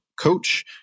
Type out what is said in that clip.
coach